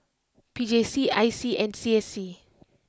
P J C I C and C S C